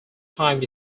time